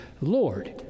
lord